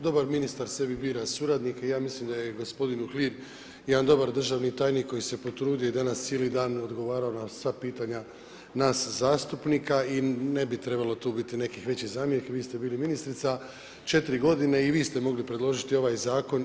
Dobar ministar sebi bira suradnike i ja mislim da je gospodin Uhlir jedan dobar državni tajnik koji se potrudio i danas cijeli dan odgovarao na sva pitanja nas zastupnika i ne bi trebalo tu biti nekih većih zamjerki, vi ste bili ministrica četiri godine i vi ste mogli predložiti ovaj zakon.